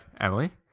Emily